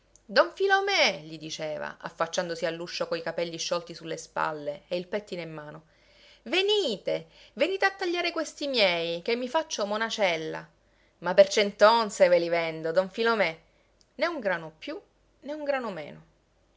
doglie don filome gli diceva affacciandosi all'uscio coi capelli sciolti su le spalle e il pettine in mano venite venite a tagliare questi miei che mi faccio monacella ma per cent'onze ve li vendo don filome né un grano più né un grano meno